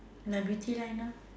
my beauty line loh